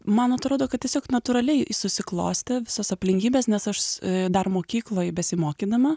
man atrodo kad tiesiog natūraliai susiklostė visos aplinkybės nes aš dar mokykloj besimokydama